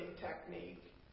technique